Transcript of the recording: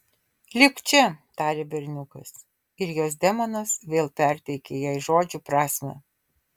lipk čia tarė berniukas ir jos demonas vėl perteikė jai žodžių prasmę